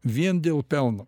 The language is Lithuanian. vien dėl pelno